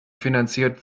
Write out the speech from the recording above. finanziert